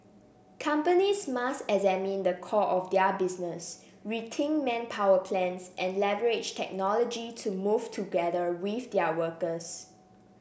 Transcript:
companies must examine the core of their business rethink manpower plans and leverage technology to move together with their workers